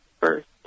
first